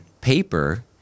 paper